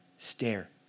Stare